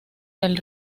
del